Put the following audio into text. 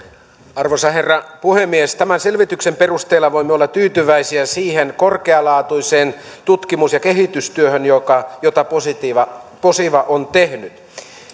arvoisa herra puhemies tämän selvityksen perusteella voimme olla tyytyväisiä siihen korkealaatuiseen tutkimus ja kehitystyöhön jota posiva on tehnyt